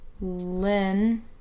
lynn